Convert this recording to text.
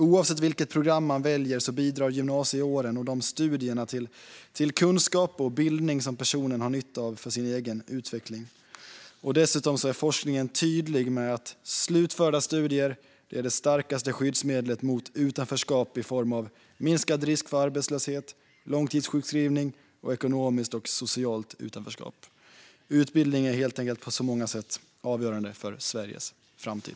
Oavsett vilket program man väljer bidrar gymnasieåren och de studierna till kunskap och bildning som personen har nytta av för sin egen utveckling. Dessutom är forskningen tydlig med att slutförda studier är det starkaste skyddsmedlet mot utanförskap genom minskad risk för arbetslöshet, långtidssjukskrivning och ekonomiskt och socialt utanförskap. Utbildning är helt enkelt på många sätt avgörande för Sveriges framtid.